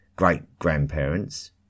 great-grandparents